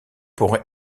pour